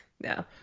No